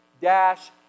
dash